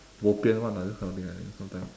bo pian [one] lah this kind of thing like sometimes